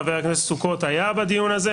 חבר הכנסת סוכות היה בדיון הזה.